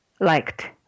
Liked